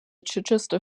chichester